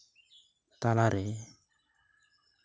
ᱛᱟᱞᱟᱨᱮ